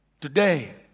today